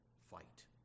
fight